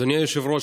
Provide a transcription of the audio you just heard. אדוני היושב-ראש,